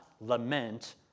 lament